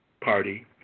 Party